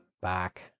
back